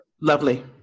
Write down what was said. Lovely